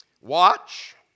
Watch